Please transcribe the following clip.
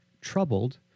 troubled